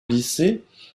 lycée